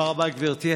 תודה רבה, גברתי.